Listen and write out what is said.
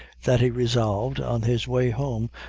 that he resolved, on his way home,